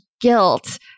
guilt